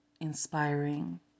inspiring